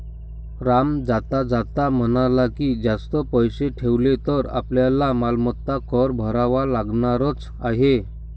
राम जाता जाता म्हणाला की, जास्त पैसे ठेवले तर आपल्याला मालमत्ता कर भरावा लागणारच आहे